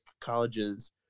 colleges